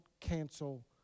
cancel